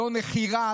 לא נחירה,